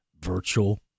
virtual